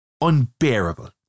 unbearable